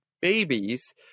babies